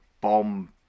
bomb